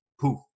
poof